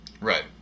Right